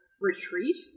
retreat